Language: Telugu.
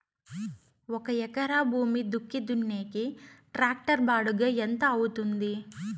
ఒక ఎకరా భూమి దుక్కి దున్నేకి టాక్టర్ బాడుగ ఎంత అవుతుంది?